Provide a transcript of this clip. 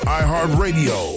iHeartRadio